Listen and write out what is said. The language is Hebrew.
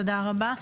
תודה רבה.